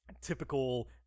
typical